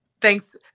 thanks